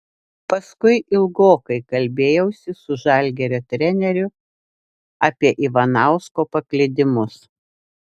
paskui ilgokai kalbėjausi su žalgirio treneriu apie ivanausko paklydimus